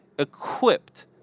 equipped